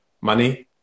money